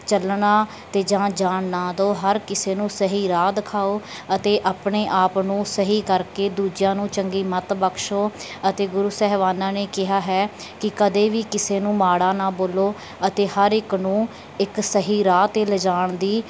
ਚੱਲਣਾ ਅਤੇ ਜਾਂ ਜਾਣ ਨਾ ਦਿਓ ਹਰ ਕਿਸੇ ਨੂੰ ਸਹੀ ਰਾਹ ਦਿਖਾਓ ਅਤੇ ਆਪਣੇ ਆਪ ਨੂੰ ਸਹੀ ਕਰਕੇ ਦੂਜਿਆਂ ਨੂੰ ਚੰਗੀ ਮੱਤ ਬਖਸ਼ੋ ਅਤੇ ਗੁਰੂ ਸਾਹਿਬਾਨਾਂ ਨੇ ਕਿਹਾ ਹੈ ਕਿ ਕਦੇ ਵੀ ਕਿਸੇ ਨੂੰ ਮਾੜਾ ਨਾ ਬੋਲੋ ਅਤੇ ਹਰ ਇੱਕ ਨੂੰ ਇੱਕ ਸਹੀ ਰਾਹ 'ਤੇ ਲਿਜਾਉਣ ਦੀ